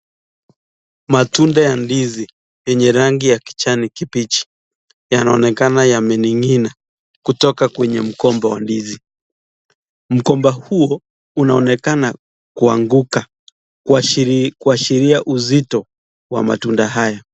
Matunda ya ndizi yenye rangi ya kijani kibichi yanaonekana yameningina kutoka Kwenye mgomba wa ndizi. Mgumba huo inaonekana kuanguka kuashiria uzito wa matunda haya.